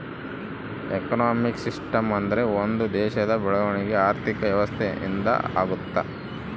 economic system ಅಂದ್ರೆ ಒಂದ್ ದೇಶದ ಬೆಳವಣಿಗೆ ಆರ್ಥಿಕ ವ್ಯವಸ್ಥೆ ಇಂದ ಆಗುತ್ತ